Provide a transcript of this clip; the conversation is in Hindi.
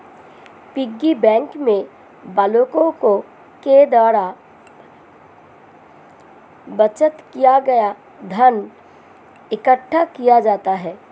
पिग्गी बैंक में बालकों के द्वारा बचत किया गया धन इकट्ठा किया जाता है